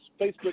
Facebook